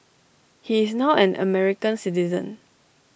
he is now an American citizen